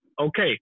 okay